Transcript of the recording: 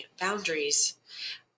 boundaries